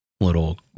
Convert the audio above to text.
little